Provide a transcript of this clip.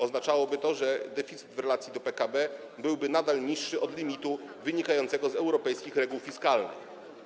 Oznaczałoby to, że deficyt w relacji do PKB byłby nadal niższy od limitu wynikającego z europejskich reguł fiskalnych.